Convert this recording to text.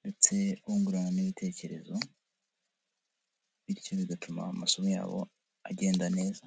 ndetse bungurana ibitekerezo bityo bigatuma amasomo yabo agenda neza.